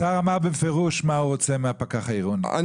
השר אמר בפירוש מה הוא רוצה מהפקח העירוני,